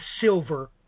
silver